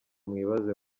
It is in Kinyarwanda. mwibaze